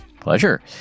Pleasure